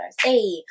Hey